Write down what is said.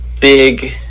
big